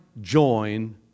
join